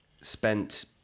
spent